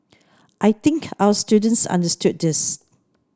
I think our students understood this